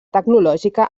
tecnològica